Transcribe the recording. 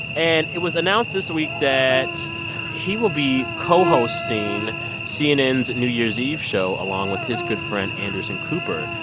and it was announced this week that he will be co-hosting cnn's new year's eve show along with his good friend anderson cooper,